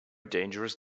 dangerous